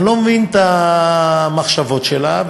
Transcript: אני לא מבין את המחשבות שלה,